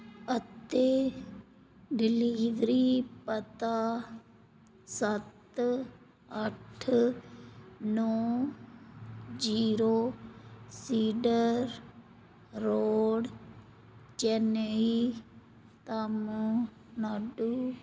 ਅਤੇ ਡਲੀਵਰੀ ਪਤਾ ਸੱਤ ਅੱਠ ਨੌਂ zero cedar road Chennai Tamil Nadu